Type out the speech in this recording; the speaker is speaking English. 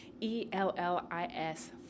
E-L-L-I-S